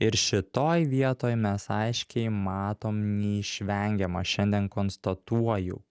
ir šitoj vietoj mes aiškiai matom neišvengiamą šiandien konstatuoju